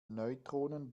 neutronen